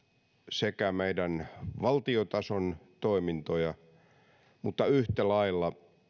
sekä meidän valtiotason toimintoja että yhtä lailla